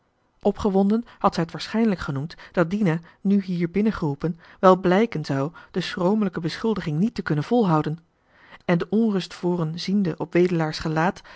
opgewonden had zij t waarschijnlijk genoemd dat dina nu hier binnengeroepen wel blijken zou de schromelijke beschuldiging niet te kunnen volhouden en de onrustvoren ziende op wedelaar's gelaat